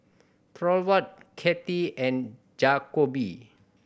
Thorwald Katy and Jakobe